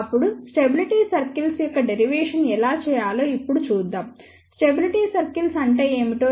ఇప్పుడుస్టెబిలిటీ circles యొక్క derivation ఎలా చేయాలో ఇప్పుడు చూద్దాంస్టెబిలిటీ సర్కిల్స్ అంటే ఏమిటో